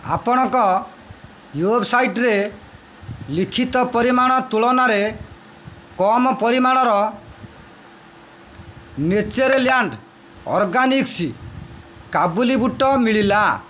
ଆପଣଙ୍କ ୱେବ୍ସାଇଟ୍ରେ ଲିଖିତ ପରିମାଣ ତୁଳନାରେ କମ୍ ପରିମାଣର ନେଚର୍ଲ୍ୟାଣ୍ଡ୍ ଅର୍ଗାନିକ୍ସ୍ କାବୁଲି ବୁଟ ମିଳିଲା